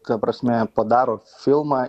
ta prasme padaro filmą